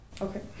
Okay